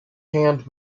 hand